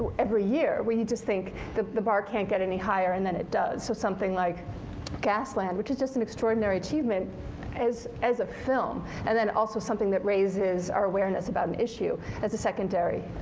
every where you just think the the bar can't get any higher, and then it does. so something like gasland, which is just an extraordinary achievement as as a film and then also something that raises our awareness about an issue as a secondary